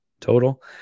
total